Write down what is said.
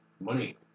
money